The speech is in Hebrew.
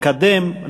לקדם,